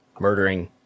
murdering